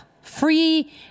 free